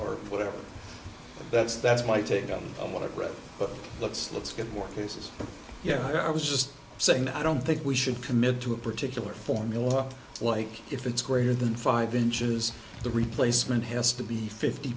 or whatever that's that's my take on what i've read but let's let's get more cases yeah i was just saying that i don't think we should commit to a particular formula like if it's greater than five inches the replacement has to be fifty